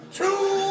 two